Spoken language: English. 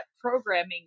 programming